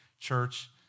Church